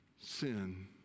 Sin